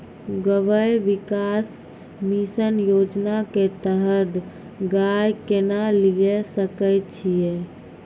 गव्य विकास मिसन योजना के तहत गाय केना लिये सकय छियै?